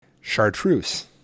chartreuse